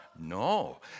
No